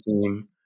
team